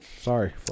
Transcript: Sorry